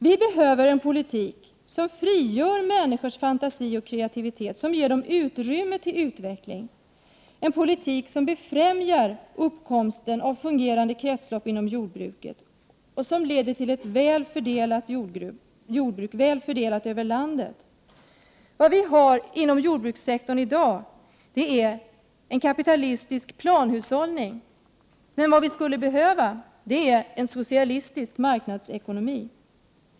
Vi behöver en politik som frigör människors fantasi och kreativitet, som ger dem utrymme för utveckling, en politik som befrämjar uppkomsten av fungerande kretslopp inom jordbruket och som leder till ett jordbruk väl fördelat över landet. Det vi har inom jordbrukssektorn i dag är en kapitalistisk planhushållning. Det vi skulle behöva är en socialistisk marknadsekonomi.